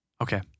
Okay